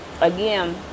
again